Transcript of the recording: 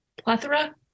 Plethora